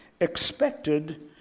expected